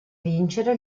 vincere